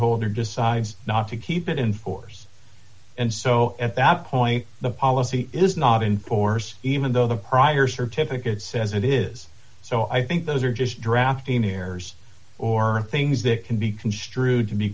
holder decides not to keep it in force and so at that point the policy is not in force even though the prior certificate says it is so i think those are just drafting errors or things that can be construed to be